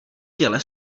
těle